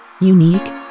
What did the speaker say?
Unique